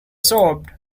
sobbed